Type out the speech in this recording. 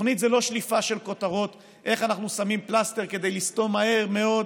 תוכנית זה לא שליפה של כותרות איך אנחנו שמים פלסטר כדי לסתום מהר מאוד